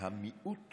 בו המיעוט